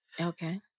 Okay